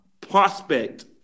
prospect